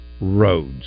roads